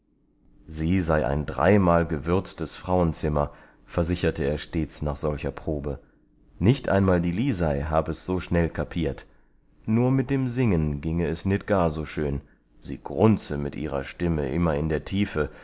sie sei ein dreimal gewürztes frauenzimmer versicherte er stets nach solcher probe nicht einmal die lisei hab es so schnell kapiert nur mit dem singen ginge es nit gar so schön sie grunze mit ihrer stimme immer in der tiefe